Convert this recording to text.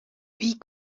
wie